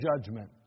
judgment